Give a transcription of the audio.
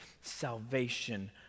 salvation